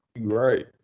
right